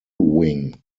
wing